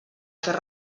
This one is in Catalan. fer